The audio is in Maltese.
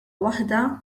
waħda